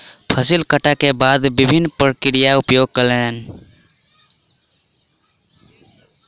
फसिल कटै के बाद विभिन्न प्रक्रियाक उपयोग कयलैन